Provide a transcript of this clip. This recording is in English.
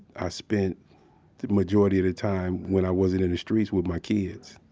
i spent the majority of the time when i wasn't in the streets with my kids.